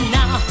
now